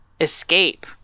escape